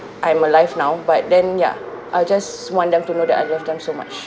I'm alive now but then ya I just want them to know that I love them so much